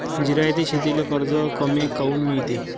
जिरायती शेतीले कर्ज कमी काऊन मिळते?